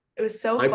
it was so um